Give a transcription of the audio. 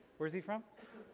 where's he from?